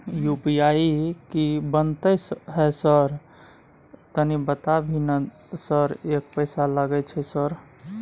UPI की बनते है सर तनी बता भी ना सर एक पैसा लागे छै सर?